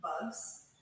bugs